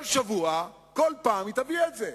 כל שבוע, כל פעם, היא תביא את זה.